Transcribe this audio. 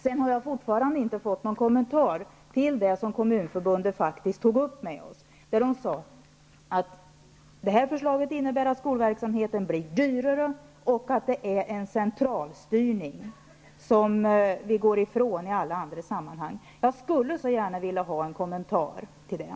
Jag har fortfarande inte fått någon kommentar till det som Kommunförbundet tog upp med oss, när de sade att det här förslaget innebär att skolverksamheten blir dyrare och att det är en centralstyrning, som vi går ifrån i alla andra sammanhang. Jag skulle gärna vilja ha en kommentar till det.